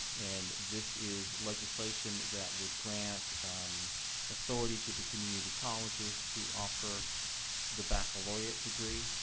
and this is legislation that would grant authority to the community colleges to offer the baccalaureate degree.